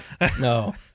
No